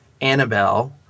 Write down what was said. Annabelle